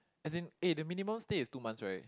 as in eh the minimum stay is two months right